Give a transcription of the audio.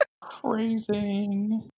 Crazy